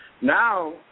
Now